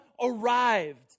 arrived